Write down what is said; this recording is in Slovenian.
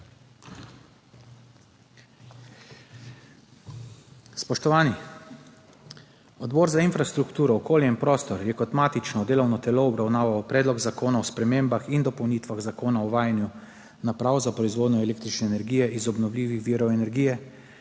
Spoštovani! Odbor za infrastrukturo, okolje in prostor je kot matično delovno telo obravnaval Predlog zakona o spremembah in dopolnitvah Zakona o uvajanju naprav za proizvodnjo električne energije iz obnovljivih virov energije,